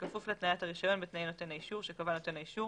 בכפוף להתניית הרישיון בתנאי נותן האישור שקבע נותן האישור